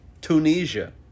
Tunisia